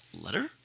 letter